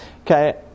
okay